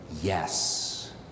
Yes